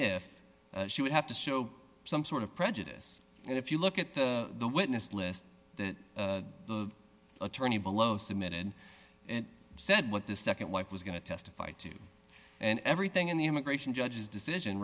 if she would have to show some sort of prejudice and if you look at the witness list that the attorney below submitted said what the nd wife was going to testify to and everything in the immigration judge's decision